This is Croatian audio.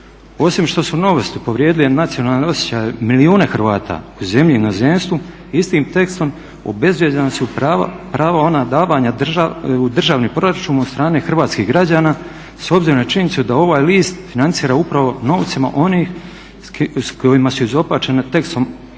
Osim što su Novosti povrijedile nacionalne osjećaje milijuna Hrvata u zemlji i inozemstvu istim tekstom obezvrijeđena su prava onih davanja u državni proračun od strane hrvatskih građana s obzirom na činjenicu da ovaj list financira upravo novcima onih s kojima su izopačenim tekstom prava